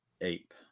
ape